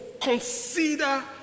consider